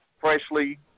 freshly